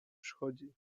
przychodzi